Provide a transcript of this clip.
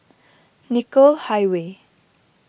Nicoll Highway